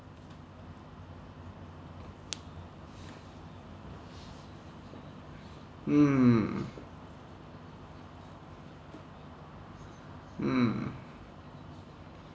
mm mm